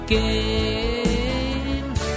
games